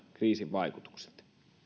kriisin vaikutukset